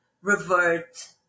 revert